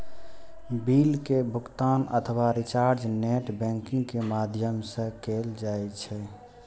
bill के भुगातन अथवा रिचार्ज नेट बैंकिंग के माध्यम सं कैल जा सकै छै